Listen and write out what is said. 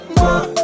more